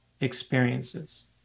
experiences